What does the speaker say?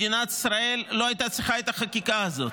מדינת ישראל לא הייתה צריכה את החקיקה הזאת.